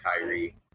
Kyrie